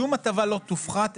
שום הטבה לא תופחת,